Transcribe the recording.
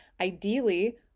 Ideally